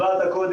צריך עוד